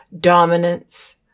dominance